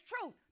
truth